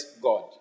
God